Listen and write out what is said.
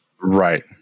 Right